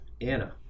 Anna